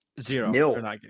Zero